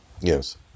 Yes